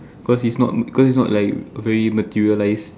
cause it's not cause it's not like very materialised